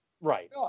right